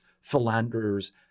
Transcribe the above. philanderers